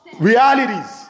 realities